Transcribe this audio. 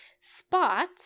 spot